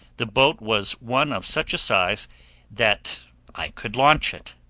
the boat was one of such a size that i could launch it.